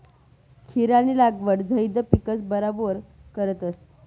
खीरानी लागवड झैद पिकस बरोबर करतस